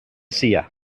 silla